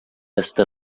esta